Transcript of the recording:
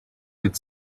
could